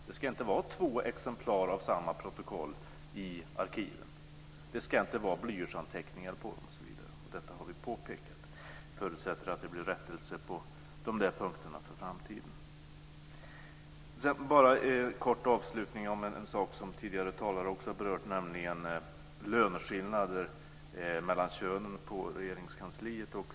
Det ska inte finnas två exemplar av samma protokoll i arkiven, det ska inte vara blyertsanteckningar på protokollen osv. Detta har vi påpekat. Jag förutsätter att det blir rättelse på dessa punkter inför framtiden. Bara en kort avslutning om en sak som tidigare talare också har berört, nämligen löneskillnader mellan könen i Regeringskansliet.